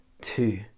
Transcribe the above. two